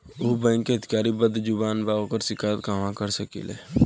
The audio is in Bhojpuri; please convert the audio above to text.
उ बैंक के अधिकारी बद्जुबान बा ओकर शिकायत कहवाँ कर सकी ले